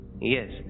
Yes